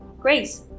grace